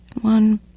One